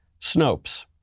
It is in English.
Snopes